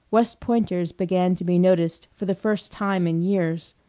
west pointers began to be noticed for the first time in years,